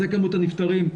זו כמות הנפטרים.